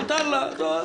מותר לה.